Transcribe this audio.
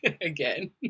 again